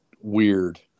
weird